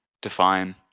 define